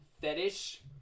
fetish